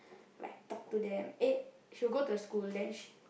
like talk to them eh she'll go to the school then she